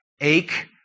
ache